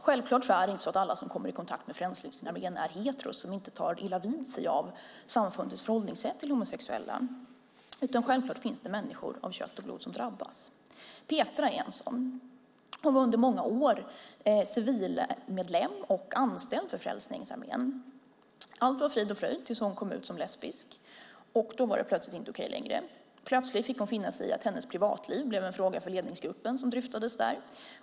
Självklart är inte alla som kommer i kontakt med Frälsningsarmén hetero, som inte tar illa vid sig av samfundets förhållningssätt till homosexuella, utan det finns förstås människor av kött och blod som drabbas. Petra är en av dem. Hon var under många år civilmedlem och anställd vid Frälsningsarmén. Allt var frid och fröjd tills hon kom ut som lesbisk. Då var det plötsligt inte okej längre. Hon fick finna sig i att hennes privatliv blev en fråga för ledningsgruppen, som dryftade det.